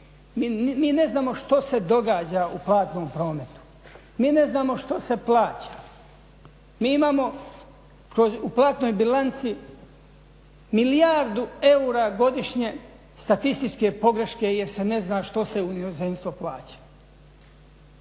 Mi ne znamo što se događa u platnom prometu, mi ne znamo što se plaća. Mi imamo u platnoj bilanci milijardu eura godišnje statističke pogreške jer se ne zna što se u inozemstvo plaća.